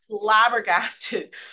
flabbergasted